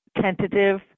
tentative